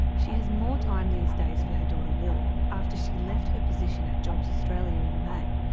she has more time these days for her daughter lily after she left her position at jobs australia in may.